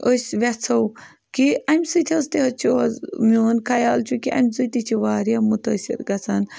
أسۍ ویٚژھو کہِ امہِ سۭتۍ حظ تہِ حظ چھُ آز میون خیال چھُ کہِ امہِ سۭتۍ تہِ چھِ واریاہ مُتٲثر گژھان